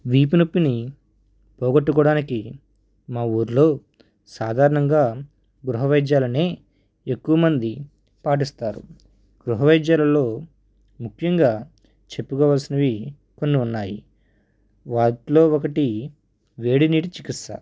వీపు నొప్పిని పోగొట్టుకోడానికి మా ఊర్లో సాధారణంగా గృహ వైద్యాలని ఎక్కువమంది పాటిస్తారు గృహ వైద్యాలలో ముఖ్యంగా చెప్పుకోవల్సినవి కొన్ని ఉన్నాయి వాటిలో ఒకటి వేడినీటి చికిత్స